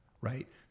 right